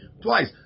twice